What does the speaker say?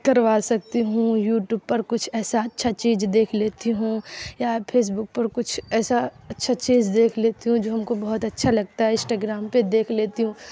کروا سکتی ہوں یوٹیوب پر کچھ ایسا اچھا چیز دیکھ لیتی ہوں یا پھیس بک پر کچھ ایسا اچھا چیز دیکھ لیتی ہوں جو ہم کو بہت اچھا لگتا ہے اشٹاگرام پہ دیکھ لیتی ہوں